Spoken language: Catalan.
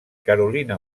carolina